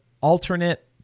alternate